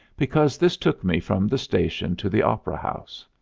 because this took me from the station to the opera house.